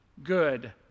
good